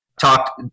talk